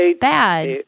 bad